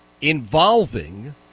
involving